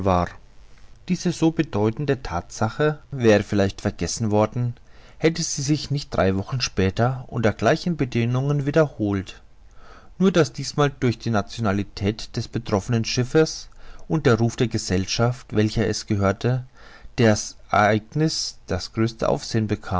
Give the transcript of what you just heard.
diese so bedeutende thatsache wäre vielleicht vergessen worden hätte sie sich nicht drei wochen später unter gleichen bedingungen wiederholt nur daß diesmal durch die nationalität des betroffenen schiffes und den ruf der gesellschaft welcher es gehörte das ereigniß das größte